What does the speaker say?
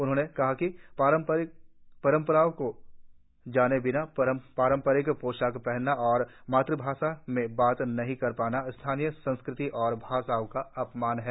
उन्होंने कहा कि परंपराओ को जाने बिना पारंपरिक पोशाक पहनना और मातृभाषा में बात नही कर पाना स्थानीय संस्कृति और भाषाओं का अपमान है